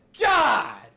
god